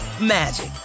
magic